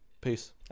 Peace